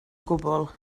gwbl